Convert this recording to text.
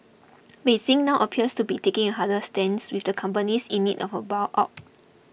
Beijing now appears to be taking a harder stance with the companies in need of a bail out